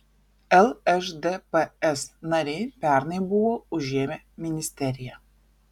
lšdps nariai pernai buvo užėmę ministeriją